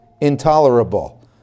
intolerable